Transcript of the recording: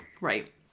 right